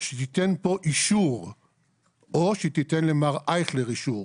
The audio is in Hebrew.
שתיתן פה אישור או שתיתן למר אייכלר אישור,